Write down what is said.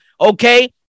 okay